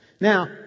Now